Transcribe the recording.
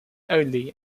only